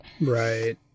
Right